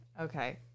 okay